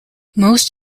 most